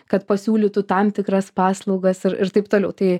kad pasiūlytų tam tikras paslaugas ir ir taip toliau tai